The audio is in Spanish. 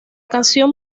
canción